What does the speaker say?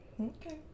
okay